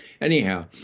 Anyhow